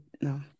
no